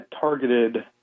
targeted